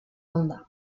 onda